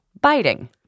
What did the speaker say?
Biting